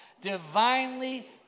Divinely